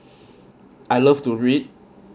I love to read